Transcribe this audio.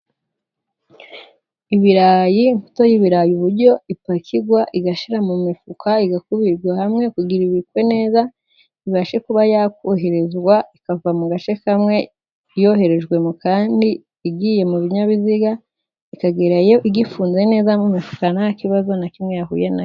Ibirayi imbuto y'ibirayi uburyo ipakirwa igashyira mu mifuka igakubirwa hamwe kugira ngo ibikwe neza ibashe kuba yakoherezwa. Ikava mu gace kamwe yoherejwe mu kandi igiye mu binyabiziga ikagerayo igifunze neza nta kibazo na kimwe yahuye nacyo.